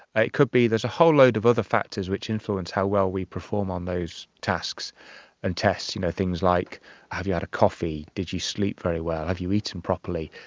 it could be, there's a whole load of other factors that influence how well we perform on those tasks and tests, you know things like have you had a coffee, did you sleep very well, have you eaten properly,